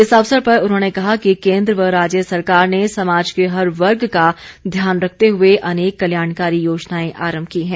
इस अवसर पर उन्होंने कहा कि केन्द्र व राज्य सरकार ने समाज के हर वर्ग का ध्यान रखते हुए अनेक कल्याणकारी योजनाएं आरम्म की हैं